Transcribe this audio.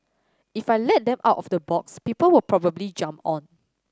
if I let them out of the box people will probably jump on